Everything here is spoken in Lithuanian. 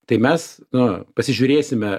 tai mes nu pasižiūrėsime